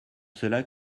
cela